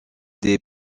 des